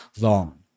long